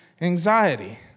anxiety